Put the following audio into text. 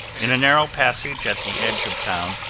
in a narrow passage at the edge of town,